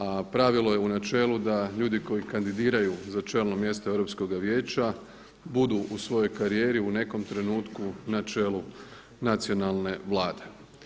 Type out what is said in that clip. A pravilo je u načelu da ljudi koji kandidiraju za čelno mjesto Europskoga vijeća budu u svojoj karijeri u nekom trenutku na čelu nacionalne Vlade.